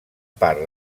part